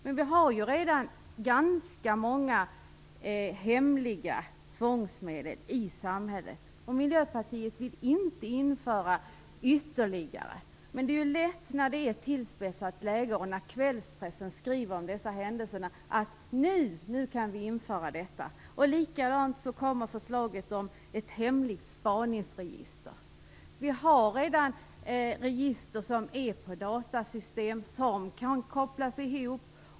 Men det finns redan ganska många hemliga tvångsmedel i samhället. Vi i Miljöpartiet vill inte införa ytterligare sådana medel. I ett tillspetsat läge där kvällspressen skriver om sådana här händelser är det lätt att tala om vad som skall införas. Likaså läggs förslaget om ett hemligt spaningsregister, men vi har ju redan register i datasystem som kan kopplas ihop.